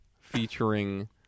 featuring